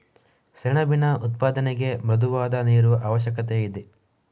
ಸೆಣಬಿನ ಉತ್ಪಾದನೆಗೆ ಮೃದುವಾದ ನೀರು ಅವಶ್ಯಕತೆಯಿದೆ